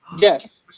Yes